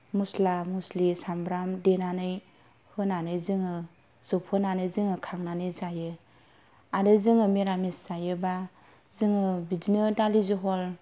मसला मसलि सामब्राम देनानै होनानै जोङो जबहोनानै जोङो खांनानै जायो आरो जोङो मिरामिस जायोबा जोङो बिदिनो दालि जहल